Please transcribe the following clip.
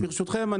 ברשותכם,